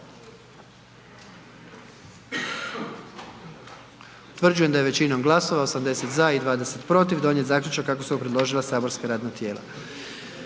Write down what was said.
Utvrđujem da je većinom glasova, 95 za i 3 protiv donijet zaključak kako ga je preložilo matično saborsko radno tijelo.